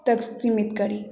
तक सीमित करी